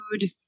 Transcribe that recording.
food